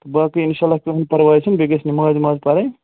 تہٕ باقٕے انشاء اللہ کٕہۭنۍ پَرواے چھُنہٕ بیٚیہِ گژھِ نِماز وِماز پَرٕنۍ